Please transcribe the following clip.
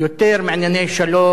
יותר מענייני שלום,